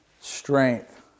strength